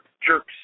jerks